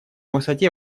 высоте